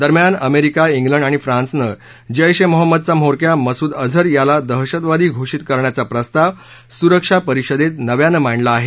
दरम्यान America England आणि फ्रान्सनं जैश ए मोहम्मदचा म्होरक्या मसूद अझर याला दहशतवादी घोषित करण्याचा प्रस्ताव सुरक्षा परिषदेत नव्यानं मांडला आहे